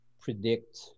predict